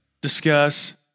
discuss